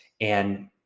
And-